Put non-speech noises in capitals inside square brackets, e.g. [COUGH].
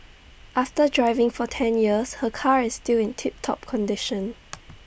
after driving for ten years her car is still in tip top condition [NOISE]